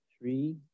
Three